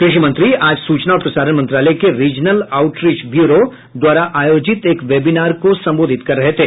कृषि मंत्री आज सूचना और प्रसारण मंत्रालय के रीजनल आउटरीच ब्यूरो द्वारा आयोजित एक वेबिनार को संबोधित कर रहे थे